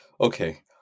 okay